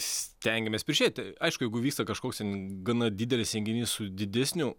stengiamės prižiūrėti aišku jeigu vyksta kažkoks gana didelis renginys su didesniu